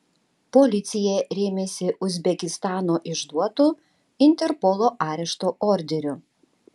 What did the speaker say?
policija rėmėsi uzbekistano išduotu interpolo arešto orderiu